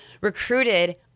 recruited